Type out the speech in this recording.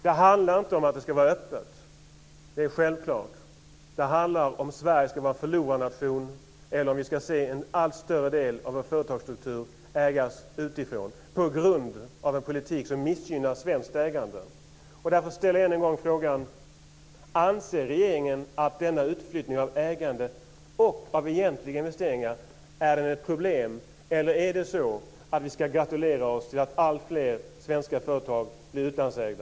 Det handlar inte om att det ska vara öppet - det är självklart. Det handlar om huruvida Sverige ska vara förlorarnation eller om vi ska se en allt större del av vår företagsstruktur ägas utifrån på grund av en politik som missgynnar svenskt ägande. Därför ställer jag än en gång frågan: Anser regeringen att denna utflyttning av ägande och av egentliga investeringar är ett problem, eller är det så att vi ska gratulera oss till att alltfler svenska företag blir utlandsägda?